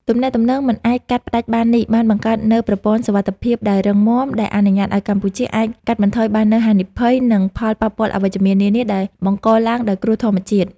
ទំនាក់ទំនងមិនអាចកាត់ផ្ដាច់បាននេះ បានបង្កើតនូវប្រព័ន្ធសុវត្ថិភាពមួយដែលរឹងមាំ ដែលអនុញ្ញាតឱ្យកម្ពុជាអាចកាត់បន្ថយបាននូវហានិភ័យ និងផលប៉ះពាល់អវិជ្ជមាននានាដែលបង្កឡើងដោយគ្រោះធម្មជាតិ។